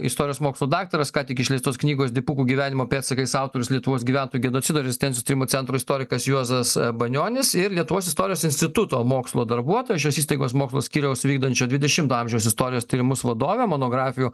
istorijos mokslų daktaras ką tik išleistos knygos dipukų gyvenimo pėdsakais autorius lietuvos gyventojų genocido ir rezistencijų tyrimo centro istorikas juozas banionis ir lietuvos istorijos instituto mokslo darbuotoja šios įstaigos mokslo skyriaus vykdančio dvidešimto amžiaus istorijos tyrimus vadovė monografijų